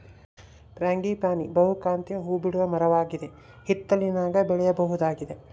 frangipani ಬಹುಕಾಂತೀಯ ಹೂಬಿಡುವ ಮರವಾಗದ ಹಿತ್ತಲಿನಾಗ ಬೆಳೆಯಬಹುದಾಗಿದೆ